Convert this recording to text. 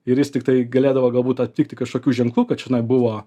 ir jis tiktai galėdavo galbūt aptikti kažkokių ženklų kad čionai buvo